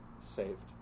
saved